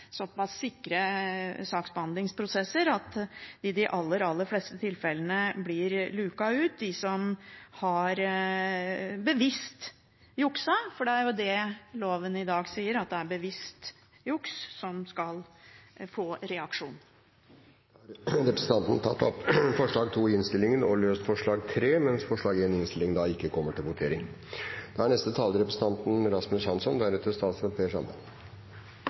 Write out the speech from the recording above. såpass sikre saksbehandlingsprosesser at i de aller fleste tilfellene blir de luket ut, de som bevisst har jukset. For det er det loven i dag sier, at det er bevisst juks som skal få reaksjon. Representanten Karin Andersen har tatt opp forslagene nr. 2 og 3, som hun refererte til. Forslag nr. 1 kommer altså ikke til votering. Den debatten vi har i dag, er